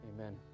Amen